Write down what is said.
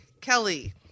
Kelly